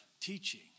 teaching